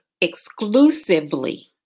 exclusively